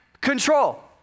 control